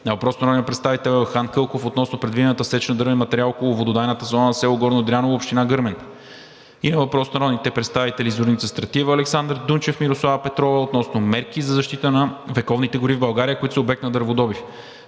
- въпрос от Елхан Кълков относно предвидена сеч на дървен материал около вододайната зона на село Горно Дряново, община Гърмен; - въпрос от Зорница Стратиева, Александър Дунчев, Мирослава Петрова относно мерки за защита на вековните гори в България, които са обект на дърводобив.